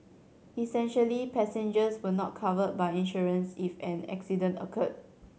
essentially passengers were not covered by insurance if an accident occurred